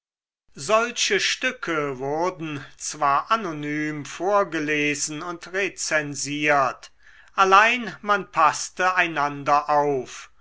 solche stücke wurden zwar anonym vorgelesen und rezensiert allein man paßte einander auf